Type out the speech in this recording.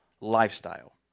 lifestyle